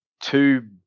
two